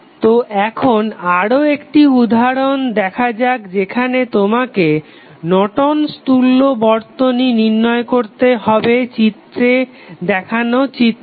তো এখন আরও একটি উদাহরণ দেখা যাক যেখানে তোমাকে নর্টন'স তুল্য Nortons equivalent বর্তনী নির্ণয় করতে হবে চিত্রে দেখানো চিত্রের